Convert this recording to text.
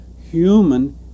human